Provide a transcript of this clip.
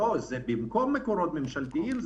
זה במקום מקורות ממשלתיים.